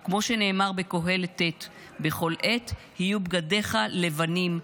או כמו שנאמר בקהלת ט': "בכל עת יהיו בגדיך לבנים,